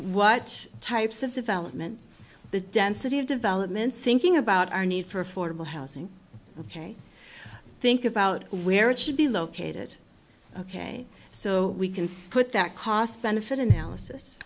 what types of development the density of developments thinking about our need for affordable housing ok think about where it should be located ok so we can put that cost benefit analysis